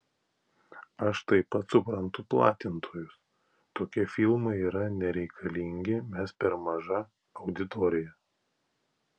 aš taip pat suprantu platintojus tokie filmai yra nereikalingi mes per maža auditorija